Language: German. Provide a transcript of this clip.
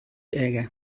ärger